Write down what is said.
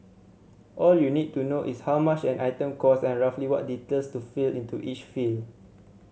all you need to know is how much an item cost and roughly what details to fill into each field